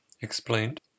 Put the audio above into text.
explained